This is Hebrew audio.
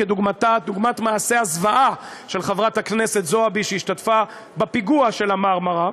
כדוגמת מעשה הזוועה של חברת הכנסת זועבי שהשתתפה בפיגוע ה"מרמרה"